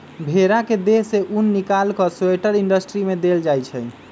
भेड़ा के देह से उन् निकाल कऽ स्वेटर इंडस्ट्री में देल जाइ छइ